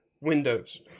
windows